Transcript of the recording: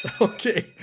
Okay